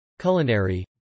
culinary